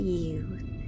youth